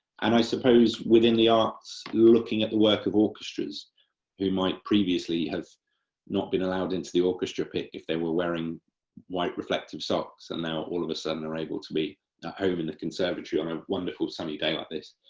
and i suppose within the arts, looking at the work of orchestras who might previously have not been allowed into the orchestra pit if they were wearing white reflective socks and now all of a sudden are able to be at home in the conservatory, on a wonderful sunny day like this,